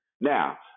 Now